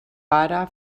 pare